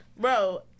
Bro